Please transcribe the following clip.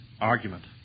argument